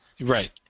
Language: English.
Right